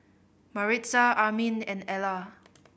Maritza Armin and Ellar